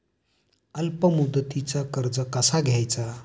अल्प मुदतीचा कर्ज कसा घ्यायचा?